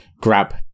grab